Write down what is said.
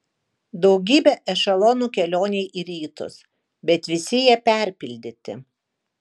daugybė ešelonų kelionei į rytus bet visi jie perpildyti